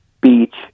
Beach